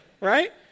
right